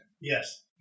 Yes